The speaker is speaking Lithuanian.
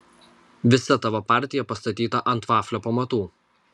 visa tavo partija pastatyta ant vaflio pamatų